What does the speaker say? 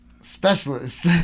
specialist